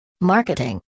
Marketing